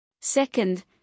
Second